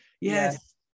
Yes